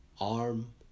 Arm